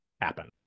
happen